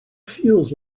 feels